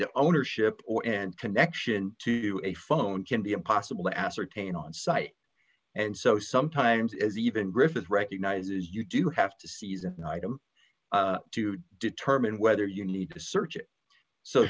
the ownership or and connection to a phone can be impossible to ascertain on site and so sometimes as even griffith recognizes you do have to seize an item to determine whether you need to search it